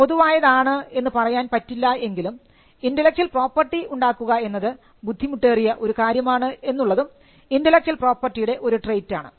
പൊതുവായതാണ് എന്ന് പറയാൻ പറ്റില്ല എങ്കിലും ഇന്റെലക്ച്വൽ പ്രോപ്പർട്ടി ഉണ്ടാക്കുക എന്നത് ബുദ്ധിമുട്ടേറിയ ഒരു കാര്യമാണ് എന്നുള്ളതും ഇന്റെലക്ച്വൽപ്രോപ്പർട്ടിയുടെ ഒരു ട്രെയ്റ്റാണ്